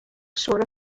short